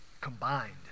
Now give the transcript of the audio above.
combined